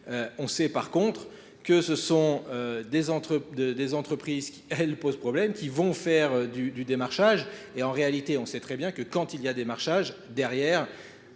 On sait par contre que ce sont des entreprises qui elles posent problème, qui vont faire du démarchage et en réalité on sait très bien que quand il y a démarchage derrière